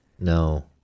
No